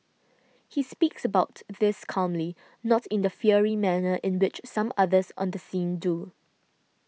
he speaks about this calmly not in the fiery manner in which some others on the scene do